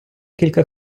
кілька